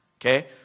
okay